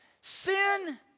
sin